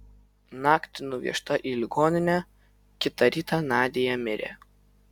naktį nuvežta į ligoninę kitą rytą nadia mirė